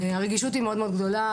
הרגישות מאוד גדולה,